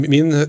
Min